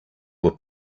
were